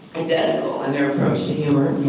identical in their approach to humor.